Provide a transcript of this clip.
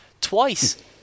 Twice